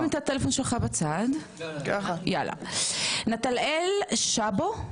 תשים את הטלפון שלך בצד, יאללה, נתנאל שבו.